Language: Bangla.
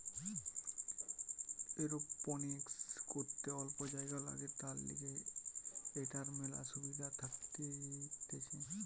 এরওপনিক্স করিতে অল্প জাগা লাগে, তার লিগে এটার মেলা সুবিধা থাকতিছে